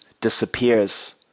disappears